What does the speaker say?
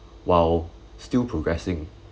while still progressing